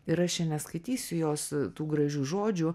ir aš čia neskaitysiu jos tų gražių žodžių